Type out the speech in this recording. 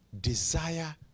desire